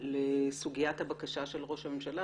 לסוגיית הבקשה של ראש הממשלה,